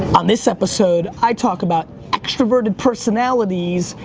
on this episode, i talk about extroverted personalities,